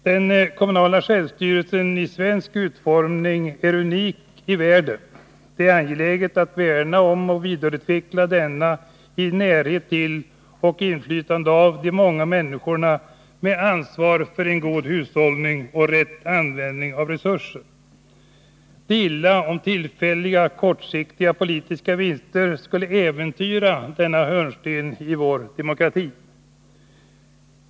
Den kommunala självstyrelsen i svensk utformning är unik i världen. Det är angeläget att värna om och vidareutveckla denna med närhet till och inflytande för de många människorna samt med ansvar för en god hushållning och rätt användning av resurser. Det vore illa om tillfälliga, kortsiktiga politiska vinster skulle äventyra denna hörnsten i vår demokrati.